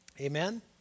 Amen